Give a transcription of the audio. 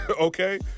okay